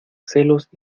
celos